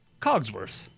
Cogsworth